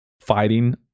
fighting